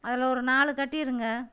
அதில் ஒரு நாலு கட்டிருங்க